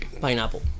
pineapple